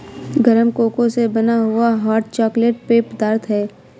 गरम कोको से बना हुआ हॉट चॉकलेट पेय पदार्थ है